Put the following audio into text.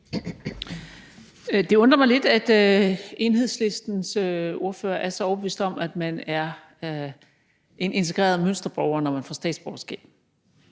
Det undrer mig lidt, at Enhedslistens ordfører er så overbevist om, at man er en integreret mønsterborger, når man får statsborgerskab.